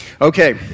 okay